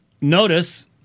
notice